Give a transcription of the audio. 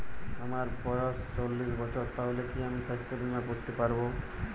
আমার বয়স চল্লিশ বছর তাহলে কি আমি সাস্থ্য বীমা করতে পারবো?